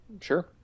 sure